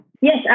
yes